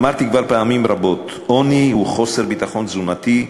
אמרתי כבר פעמים רבות: עוני הוא חוסר ביטחון תזונתי,